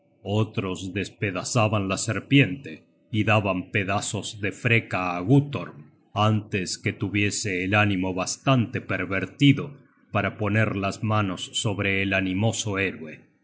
otros despezaban la serpiente y daban pedazos de freka á guttorm antes que tuviese el ánimo bastante pervertido para poner las manos sobre el animoso héroe